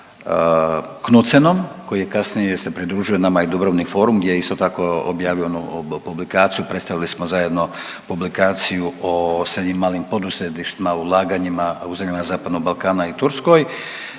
Knudsenom koji je kasnije se pridružio, nama je Dubrovnik forum gdje isto tako objavio publikaciju, predstavili smo zajedno publikaciju o srednjim i malim poduzetništvima, ulaganjima u zemljama Zapadnog Balkana i Turskoj